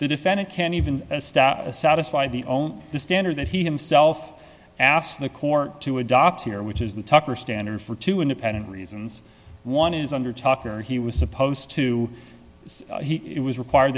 the defendant can even satisfy the own the standard that he himself asked the court to adopt here which is the tucker standard for two independent reasons one is under tucker he was supposed to he it was required